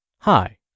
Hi